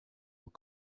were